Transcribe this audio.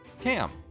Cam